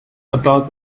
about